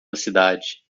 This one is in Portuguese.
cidade